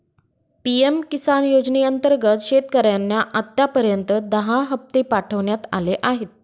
PM Kisan योजनेअंतर्गत शेतकऱ्यांना आतापर्यंत दहा हप्ते पाठवण्यात आले आहेत